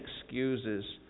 excuses